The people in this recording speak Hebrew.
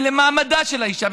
למעמדה של האישה,